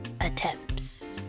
Attempts